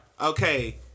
Okay